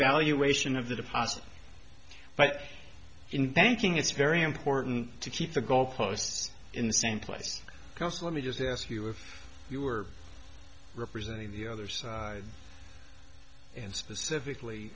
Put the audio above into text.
valuation of the deposit but in banking it's very important to keep the goalposts in the same place because let me just ask you if you were representing the other side and specifically